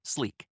Sleek